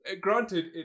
granted